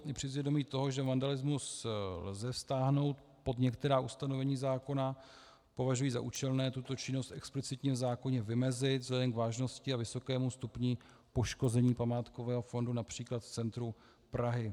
I přes vědomí toho, že vandalismus lze stáhnout pod některá ustanovení zákona, považuji za účelné tuto činnost explicitně v zákoně vymezit vzhledem k vážnosti a vysokému stupni poškození památkového fondu například v centru Prahy.